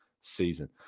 season